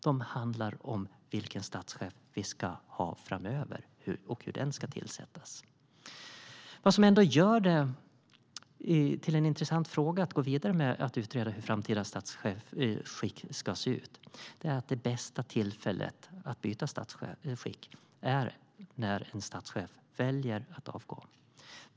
De handlar om vilken statschef vi ska ha framöver och hur den ska tillsättas. Vad som ändå gör detta till en intressant fråga att gå vidare med, att utreda hur framtida statsskick ska se ut, är att bästa tillfället att byta statsskick är när en statschef väljer att avgå.